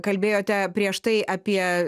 kalbėjote prieš tai apie